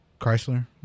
Chrysler